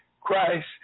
Christ